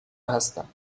هستم